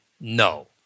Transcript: No